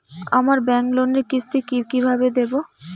আমার ব্যাংক লোনের কিস্তি কি কিভাবে দেবো?